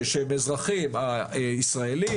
שהם אזרחים ישראלים,